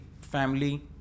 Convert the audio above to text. family